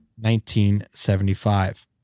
1975